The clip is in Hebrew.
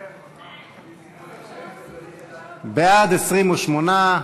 סעיפים 1 2 נתקבלו בעד, 28,